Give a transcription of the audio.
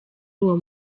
uwo